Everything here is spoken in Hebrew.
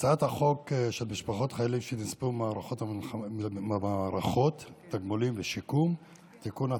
הצעת החוק משפחות חיילים שנספו במערכה (תגמולים ושיקום) (תיקון,